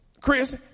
Chris